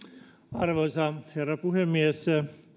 arvoisa herra puhemies